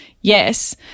yes